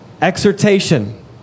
Exhortation